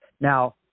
Now